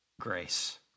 grace